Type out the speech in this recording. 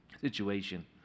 situation